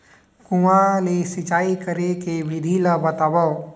कुआं ले सिंचाई करे के विधि ला बतावव?